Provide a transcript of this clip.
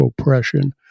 oppression